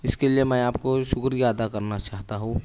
اس کے لیے میں آپ کا شکریہ ادا کرنا چاہتا ہوں